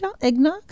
eggnog